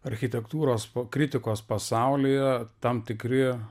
architektūros kritikos pasaulyje tam tikri